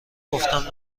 گفتم